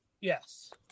Yes